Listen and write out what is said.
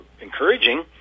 encouraging